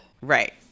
Right